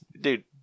Dude